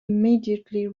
immediately